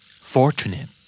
fortunate